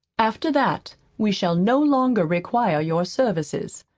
after that we shall no longer require your services.